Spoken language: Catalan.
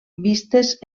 vistes